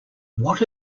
what